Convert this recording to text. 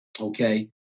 okay